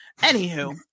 Anywho